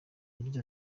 yagize